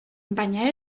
baina